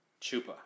Chupa